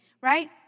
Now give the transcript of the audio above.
right